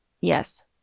Yes